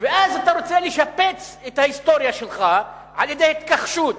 ואז אתה רוצה לשפץ את ההיסטוריה שלך על-ידי התכחשות.